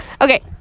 okay